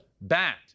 bat